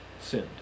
sinned